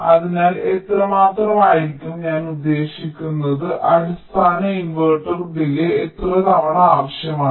അതിനാൽ എത്രമാത്രം ആയിരിക്കും ഞാൻ ഉദ്ദേശിക്കുന്നത് അടിസ്ഥാന ഇൻവെർട്ടർ ഡിലേയ്യ് എത്ര തവണ ആവശ്യമാണ്